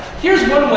here's one